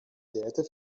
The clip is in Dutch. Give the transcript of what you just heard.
derde